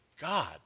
God